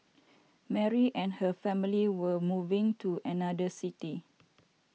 Mary and her family were moving to another city